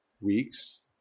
weeks